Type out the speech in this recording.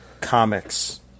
comics